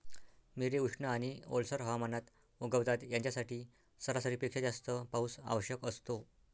मिरे उष्ण आणि ओलसर हवामानात उगवतात, यांच्यासाठी सरासरीपेक्षा जास्त पाऊस आवश्यक असतो